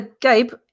Gabe